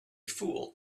fool